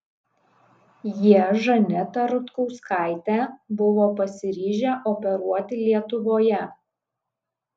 jie žanetą rutkauskaitę buvo pasiryžę operuoti lietuvoje